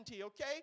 okay